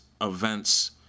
events